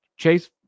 Chase